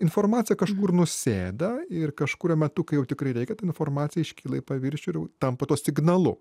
informacija kažkur nusėda ir kažkuriuo metu kai jau tikrai reikia ta informacija iškyla į paviršių ir jau tampa tuo signalu